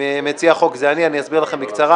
התשע"ט-2018 (כ/823), נתקבלה.